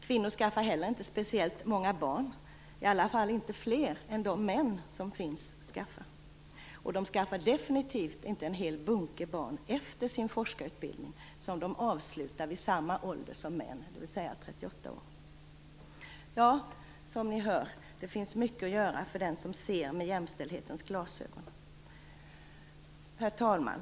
Kvinnor skaffar heller inte speciellt många barn - i alla fall inte fler än männen skaffar. De skaffar definitivt inte en hel bunke barn efter sin forskarutbildning, som de avslutar vid samma ålder som män, dvs. 38 år. Som ni hör finns det mycket att göra för den som ser med jämställdhetens glasögon. Herr talman!